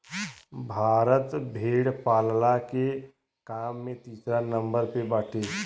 भारत भेड़ पालला के काम में तीसरा नंबर पे बाटे